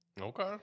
Okay